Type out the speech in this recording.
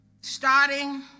starting